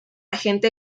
agente